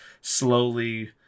slowly